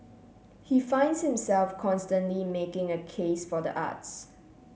he finds himself constantly making a case for the arts